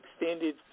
extended